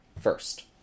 first